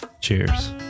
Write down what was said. cheers